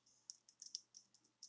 stay